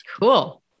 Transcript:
cool